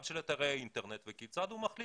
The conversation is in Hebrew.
גם של אתרי האינטרנט וכיצד הוא מחליט